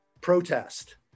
protest